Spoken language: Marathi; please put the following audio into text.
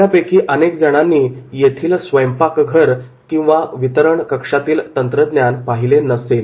आपल्यापैकी अनेकजणांनी तेथील स्वयंपाक घर व वितरणकक्षामधील तंत्रज्ञान पाहिले नसेल